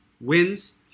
wins